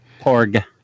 Porg